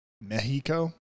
Mexico